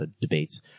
debates